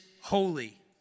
holy